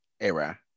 era